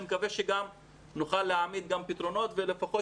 אני מקווה שגם נוכל להעמיד פתרונות ולפחות